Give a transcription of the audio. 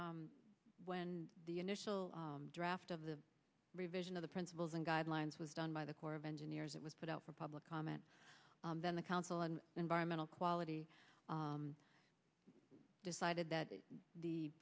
n when the initial draft of the revision of the principles and guidelines was done by the corps of engineers it was put out for public comment then the council on environmental quality decided that the